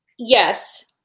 Yes